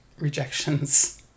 rejections